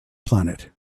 planet